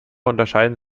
unterscheiden